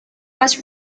was